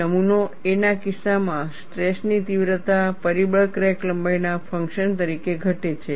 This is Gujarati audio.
નમૂનો A ના કિસ્સામાં સ્ટ્રેસ ની તીવ્રતા પરિબળ ક્રેક લંબાઈના ફંક્શન તરીકે ઘટે છે